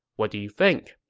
what do you think?